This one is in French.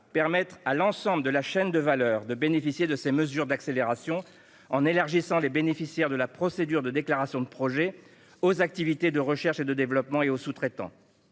permettre à l'ensemble de la chaîne de valeur de bénéficier de ces mesures d'accélération, en élargissant le champ des bénéficiaires de la procédure de déclaration de projet aux activités de recherche et développement et aux sous-traitants